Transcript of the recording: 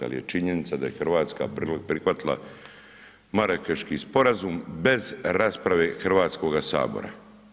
Ali je činjenica da je Hrvatska prihvatila Marakeški sporazum bez rasprave Hrvatskoga sabora.